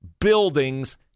buildings